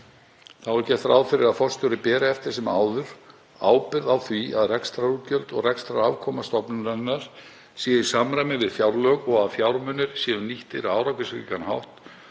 Þá er gert ráð fyrir að forstjóri beri eftir sem áður ábyrgð á því að rekstrarútgjöld og rekstrarafkoma stofnunarinnar sé í samræmi við fjárlög og að fjármunir séu nýttir á árangursríkan hátt